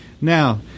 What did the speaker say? now